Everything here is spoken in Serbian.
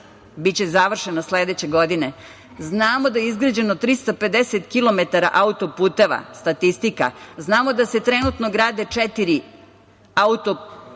Biće završena sledeće godine. Znamo da je izgrađeno 350 kilometara autoputeva. Statistika. Znamo da se trenutno grade četiri autoputa